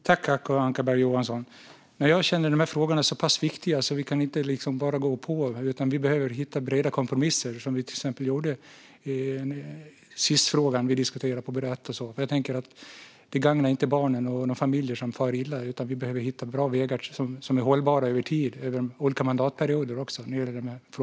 Fru talman! Jag känner att de här frågorna är så pass viktiga att vi inte bara kan gå på. Vi behöver hitta breda kompromisser, som vi till exempel gjorde när vi diskuterade Sis-frågan. Att bara gå på skulle inte gagna barnen och de familjer som far illa. I de här frågorna behöver vi hitta bra vägar som är hållbara över flera mandatperioder.